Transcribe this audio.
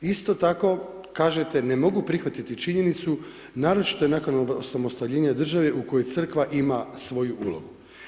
Isto tako, kažete ne mogu prihvatiti činjenicu naročito nakon osamostaljenja države u kojoj Crkva ima svoju ulogu.